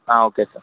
okay sir